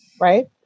right